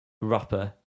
rapper